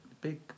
big